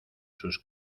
sus